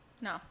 no